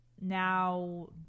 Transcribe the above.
now